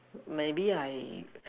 maybe I